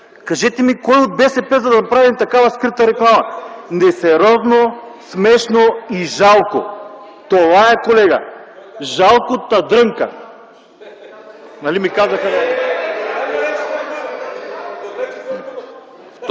Кажете ми кой от БСП, за да направим такава скрита реклама? Несериозно, смешно и жалко! Това е, колега! Жалко, та дрънка! (Възгласи: